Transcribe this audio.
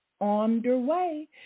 underway